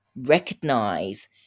recognize